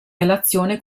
relazione